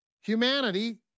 Humanity